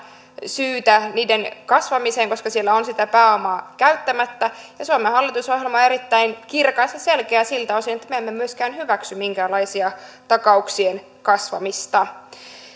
syytä niiden kasvamiseen koska siellä on sitä pääomaa käyttämättä suomen hallitusohjelma on erittäin kirkas ja selkeä siltä osin että me emme myöskään hyväksy minkäänlaista takauksien kasvamista